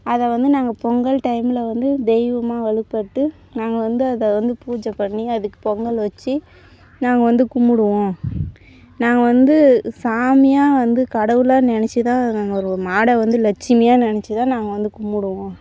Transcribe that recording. அதை வந்து நாங்கள் பொங்கல் டைம்ல வந்து தெய்வமாக வழிபட்டு நாங்கள் வந்து அதை வந்து பூஜெய் பண்ணி அதுக்கு பொங்கல் வச்சு நாங்கள் வந்து கும்பிடுவோம் நாங்கள் வந்து சாமியாக வந்து கடவுளாக நினச்சிதான் நாங்கள் ஒரு மாடை வந்து லட்சுமியாக நினச்சிதான் நாங்கள் வந்து கும்பிடுவோம்